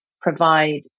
provide